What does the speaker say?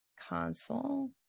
console